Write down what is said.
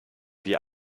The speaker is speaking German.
wie